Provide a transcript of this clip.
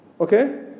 Okay